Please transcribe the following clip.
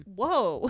whoa